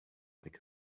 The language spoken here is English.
like